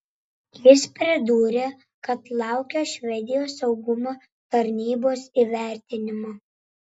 jis pridūrė kad laukia švedijos saugumo tarnybos įvertinimo